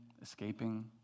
Escaping